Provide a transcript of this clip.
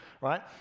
right